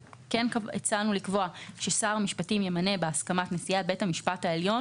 הצענו לקבוע ששר המשפטים ימנה בהסכמת נשיאת בית המשפט העליון